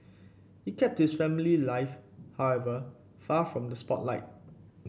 he kept his family life however far from the spotlight